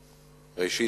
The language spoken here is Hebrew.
ראשית,